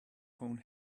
phone